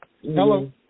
Hello